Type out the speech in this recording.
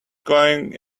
going